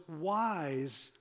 wise